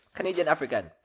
Canadian-African